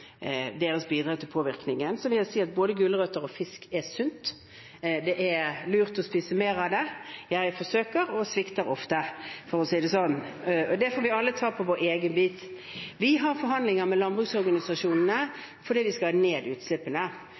deres bidrag til påvirkningen. Så vil jeg si at både gulrøtter og fisk er sunt. Det er lurt å spise mer av det. Jeg forsøker, og svikter ofte, for å si det sånn. Det får vi alle ta på vår egen kappe. Vi har forhandlinger med landbruksorganisasjonene fordi vi skal